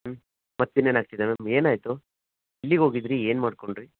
ಹ್ಞೂ ಮತ್ತು ಇನ್ನೇನು ಆಗ್ತಿದೆ ಮ್ಯಾಮ್ ಏನಾಯಿತು ಎಲ್ಲಿಗೆ ಹೋಗಿದ್ರಿ ಏನು ಮಾಡಿಕೊಂಡ್ರಿ